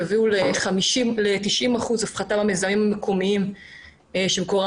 יביאו ל-90 אחוזים הפחתה במזהמים המקומיים שמקורם